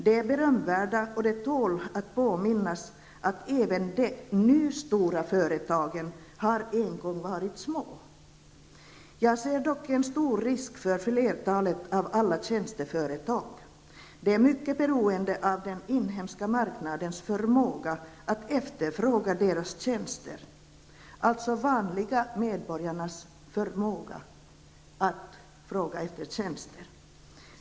De är berömvärda, och det tål att påminnas om att även de nu stora företagen en gång har varit små. Jag ser dock en stor risk för flertalet av alla tjänsteföretag. De är mycket beroende av den inhemska marknadens förmåga att efterfråga deras tjänster, alltså vanliga medborgares förmåga att efterfråga tjänster.